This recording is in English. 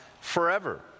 forever